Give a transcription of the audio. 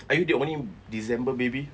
are you the only december baby